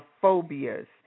phobias